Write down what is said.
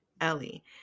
ellie